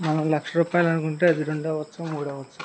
మ నం లక్ష రూపాయాలనుకుంటే అది రెండవ్వచ్చు మూడవ్వచ్చు